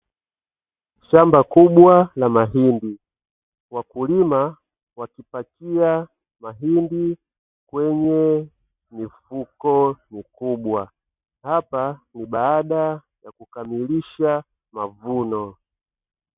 Shamba kubwa la mahindi, wakulima wakipakia mahindi kwenye mifuko mikubwa, hapa ni baada ya kukamilisha mavuno.